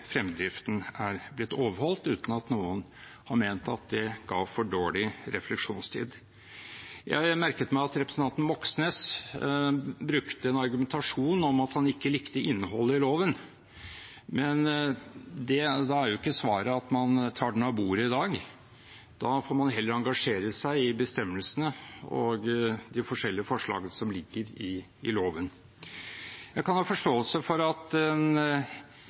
fremdriften, er blitt overholdt, uten at noen har ment at det ga for dårlig refleksjonstid. Jeg merket meg at representanten Moxnes brukte som argumentasjon at han ikke likte innholdet i loven. Men da er jo ikke svaret at man tar den av bordet i dag. Da får man heller engasjere seg i bestemmelsene og de forskjellige forslagene som ligger i loven. Jeg kan ha forståelse for at